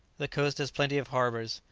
the coast has plenty of harbours.